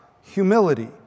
humility